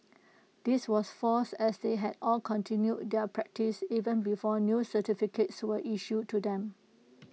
this was false as they had all continued their practice even before new certificates were issued to them